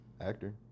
actor